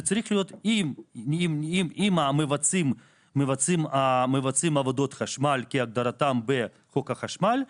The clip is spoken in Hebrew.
שצריך להיות שאם המבצעים מבצעים עבודות חשמל כהגדרתם בחוק החשמל,